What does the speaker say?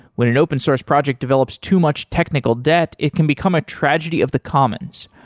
when an open source project develops too much technical debt, it can become a tragedy of the commons.